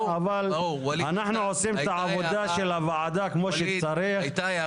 אנחנו עושים את העבודה של הוועדה כמו שצריך.